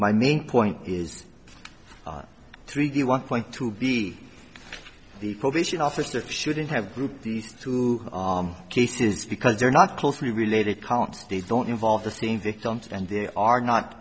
my main point is three d one point to be the probation officer shouldn't have grouped these two cases because they're not closely related counts they don't involve the same victims and they are not